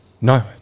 No